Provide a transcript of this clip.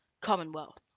commonwealth